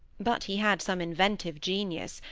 but he had some inventive genius,